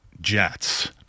Jets